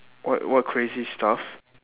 what what crazy stuff